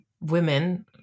women